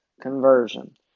conversion